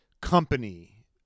company